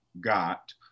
got